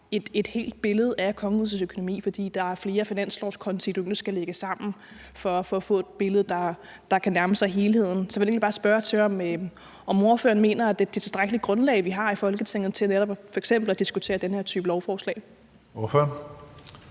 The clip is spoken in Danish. et helt billede af kongehusets økonomi, fordi der er flere finanslovskonti, der skal lægges sammen for at få et billede, der kan nærme sig helheden. Så jeg vil egentlig bare spørge til, om ordføreren mener, det er et tilstrækkeligt grundlag, vi har i Folketinget, til netop f.eks. at diskutere den her type lovforslag. Kl.